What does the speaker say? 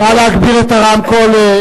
נא להגביר את הרמקול.